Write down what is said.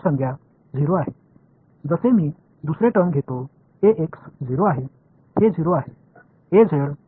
நான் இரண்டாவது டெர்மை எடுத்துக்கொண்டால் Ax என்பது 0 எனவே 0Ax என்பது 0 ஆகும்